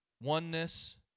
oneness